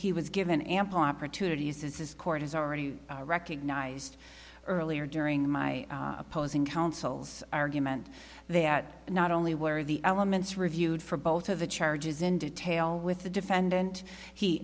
he was given ample opportunities as his court has already recognized earlier during my opposing counsel's argument that not only were the elements reviewed for both of the charges in detail with the defendant he